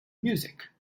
music